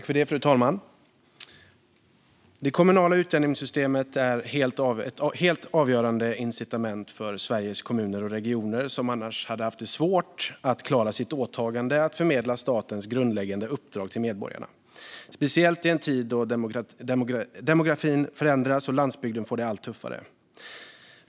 Fru talman! Det kommunala utjämningssystemet är ett helt avgörande incitament för Sveriges kommuner och regioner, som annars hade haft svårt att klara sitt åtagande att förmedla statens grundläggande uppdrag till medborgarna - speciellt i en tid då demografin förändras och landsbygden får det allt tuffare.